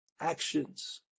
actions